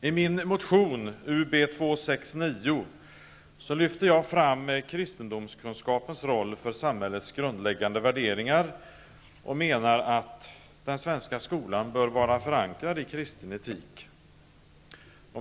I min motion Ub269 lyfter jag fram kristendomskunskapens roll för samhällets grundläggande värderingar och menar att den svenska skolan bör vara förankrad i kristen etik.